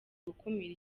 gukumira